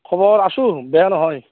খবৰ আছো বেয়া নহয়